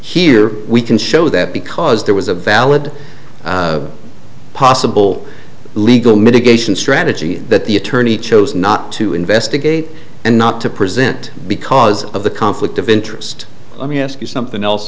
here we can show that because there was a valid possible legal mitigation strategy that the attorney chose not to investigate and not to present because of the conflict of interest let me ask you something else